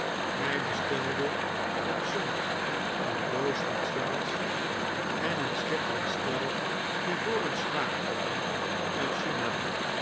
hij bestelde en zond een doos met sjaals en een schitterend stel ivoren schaakpoppen uit china